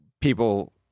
people